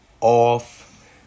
off